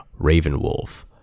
Ravenwolf